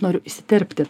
noriu įsiterpti